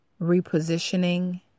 repositioning